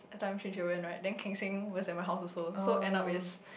the time change it when right then Keng-Seng who was in my house also so end up is